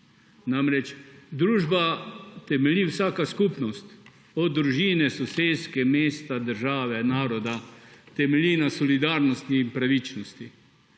Namreč družba, vsaka skupnost, od družine, soseske, mesta, države, naroda temelji na solidarnosti in pravičnosti.